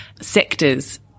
sectors